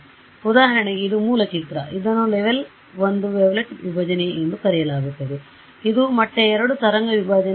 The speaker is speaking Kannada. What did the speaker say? ಆದ್ದರಿಂದ ಉದಾಹರಣೆಗೆ ಇದು ಮೂಲ ಚಿತ್ರ ಇದನ್ನು ಲೆವೆಲ್ 1 ವೇವ್ವ್ಲೆಟ್ ವಿಭಜನೆ ಎಂದು ಕರೆಯಲಾಗುತ್ತದೆ ಇದು ಮಟ್ಟ 2 ತರಂಗ ವಿಭಜನೆ